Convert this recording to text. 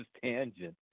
tangent